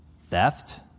theft